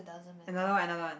another one another one